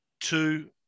two